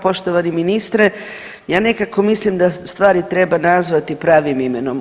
Poštovani ministre ja nekako mislim da stvari treba nazvati pravim imenom.